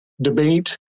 debate